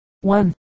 One